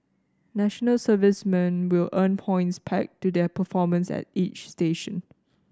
national servicemen will earn points pegged to their performance at each station